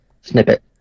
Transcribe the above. snippet